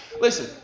Listen